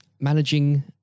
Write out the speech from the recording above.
managing